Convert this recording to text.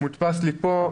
מה שמודפס לי כאן,